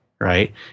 right